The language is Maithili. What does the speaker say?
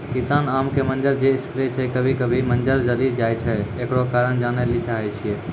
किसान आम के मंजर जे स्प्रे छैय कभी कभी मंजर जली जाय छैय, एकरो कारण जाने ली चाहेय छैय?